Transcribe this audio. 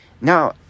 Now